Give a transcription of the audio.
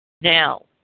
Now